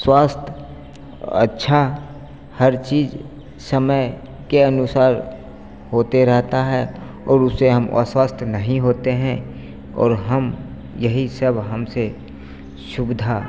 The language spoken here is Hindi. स्वास्थ्य अच्छा हर चीज़ समय के अनुसार होती रहती है और उससे हम अस्वस्थ नहीं होते हैं और हम यही सब हमसे सुविधा